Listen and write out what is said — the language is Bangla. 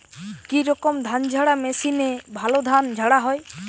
কি রকম ধানঝাড়া মেশিনে ভালো ধান ঝাড়া হয়?